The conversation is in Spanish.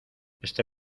este